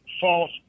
False